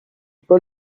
paul